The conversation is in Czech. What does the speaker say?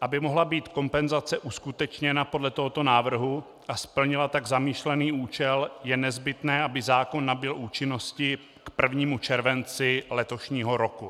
aby mohla být kompenzace uskutečněna podle tohoto návrhu a splnila tak zamýšlený účel, je nezbytné, aby zákon nabyl účinnosti k 1. červenci letošního roku.